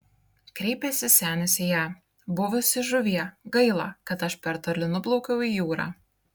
kreipėsi senis į ją buvusi žuvie gaila kad aš per toli nuplaukiau į jūrą